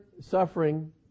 suffering